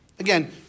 Again